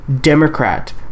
Democrat